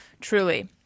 Truly